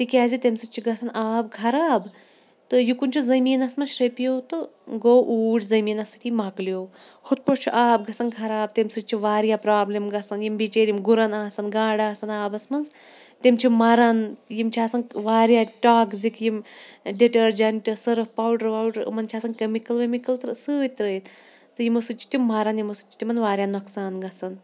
تکیازٕ تمہِ سۭتۍ چھُ گَژھان آب خَراب تہٕ یُکُن چھُ زٔمیٖنَس مَنٛز شرٛپیو تہٕ گوٚو اوٗرۍ زٔمیٖنَس سۭتی مۄکلیٚو ہُتھ پٲٹھۍ چھُ آب گَژھان خَراب تمہِ سۭتۍ چھِ واریاہ پرابلِم گَژھان یِم بِچٲرۍ یِم گُرَن آسَن گاڈٕ آسَن آبَس مَنٛز تِم چھِ مَران یِم چھِ آسان واریاہ ٹاگزِک یِم ڈِٹرجنٹ سرف پوڈَر وَوڈَر یِمَن چھِ آسَن کیمِکَل ویمِکَل سۭتۍ ترٲیِتھ تہٕ یِمو سۭتۍ چھِ تِم مَران یِمو سۭتۍ چھِ تِمَن واریاہ نۄقصان گَژھان